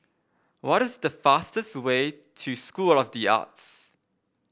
what is the fastest way to School of the Arts